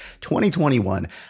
2021